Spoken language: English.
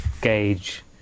gauge